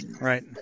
Right